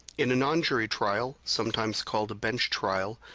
in a non-jury trial, sometimes called a bench trial,